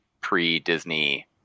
pre-disney